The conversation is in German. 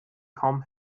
kaum